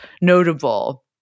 notable